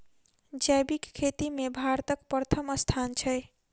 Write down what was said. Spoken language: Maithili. जैबिक खेती मे भारतक परथम स्थान छै